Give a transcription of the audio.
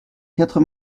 quatre